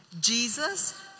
jesus